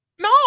No